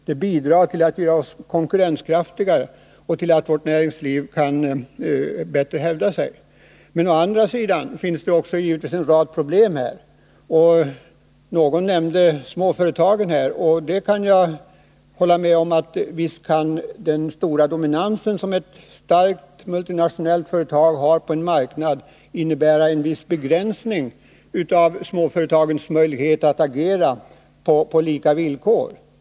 De bidrar till att göra vårt näringsliv konkurrenskraftigare, så att det kan hävda sig bättre. Å andra sidan finns det också en rad problem, någon nämnde småföretagen. Visst kan ett starkt multinationellt företags stora dominans på en marknad innebära en viss begränsning av småföretagens möjligheter att agera på lika villkor.